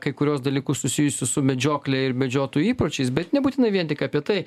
kai kuriuos dalykus susijusius su medžiokle ir medžiotojų įpročiais bet nebūtinai vien tik apie tai